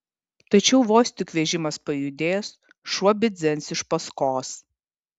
tačiau vos tik vežimas pajudės šuo bidzens iš paskos